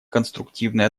конструктивной